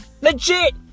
Legit